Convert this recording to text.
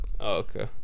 okay